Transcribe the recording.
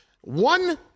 One